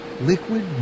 liquid